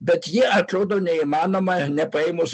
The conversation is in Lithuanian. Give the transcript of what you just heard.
bet ji atrodo neįmanoma nepaėmus